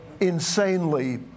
insanely